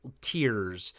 tears